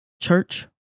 church